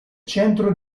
centro